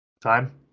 Time